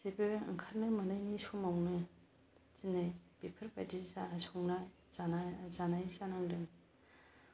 जेबो ओंखारनो मोनैनि समावनो दिनै बेफोरबायदिनो संनानै जानाय जानांदों